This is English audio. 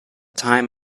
time